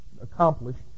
accomplished